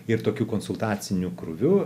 ir tokiu konsultaciniu krūviu